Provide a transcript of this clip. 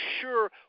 sure